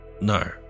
no